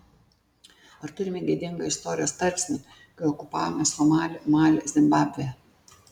ar turime gėdingą istorijos tarpsnį kai okupavome somalį malį zimbabvę